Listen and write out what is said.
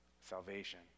salvation